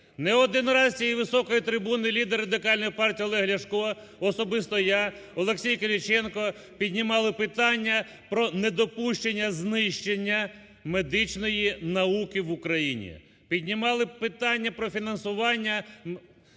Не один раз з цієї високої трибуни лідер Радикальної партії Олег Ляшко, особисто я, Олексій Кириченко піднімали питання про недопущення знищення медичної науки в Україні. Піднімали питання про фінансування медичних